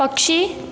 पक्षी